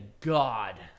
God